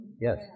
Yes